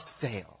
fail